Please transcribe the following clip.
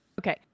Okay